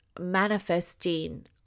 manifesting